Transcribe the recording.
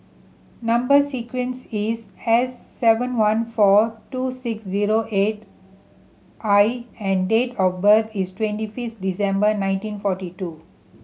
number sequence is S seven one four two six zero eight I and date of birth is twenty fifth December nineteen forty two